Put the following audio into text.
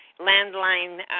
landline